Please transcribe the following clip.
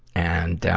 and,